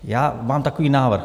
Já mám takový návrh.